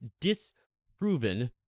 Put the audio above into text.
disproven